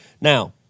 Now-